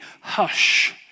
hush